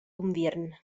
unviern